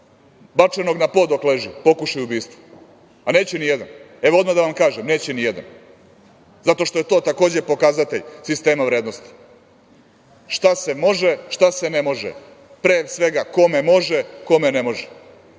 bačenog na pod dok leži pokušaj ubistva? Neće nijedan. Evo, odmah da vam kažem, neće nijedan. Zato što je to takođe pokazatelj sistema vrednosti, šta se može, šta se ne može, pre svega, kome može, kome ne može